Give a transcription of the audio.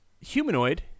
humanoid